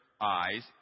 eyes